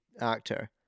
actor